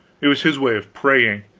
it was his way of praying.